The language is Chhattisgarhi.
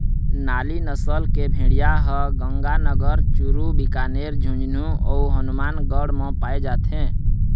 नाली नसल के भेड़िया ह गंगानगर, चूरू, बीकानेर, झुंझनू अउ हनुमानगढ़ म पाए जाथे